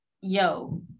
yo